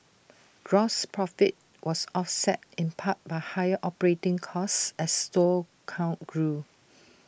gross profit was offset in part by higher operating costs as store count grew